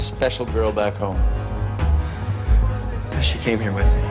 special girl back home she came here with